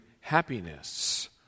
happiness